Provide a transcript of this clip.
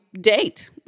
date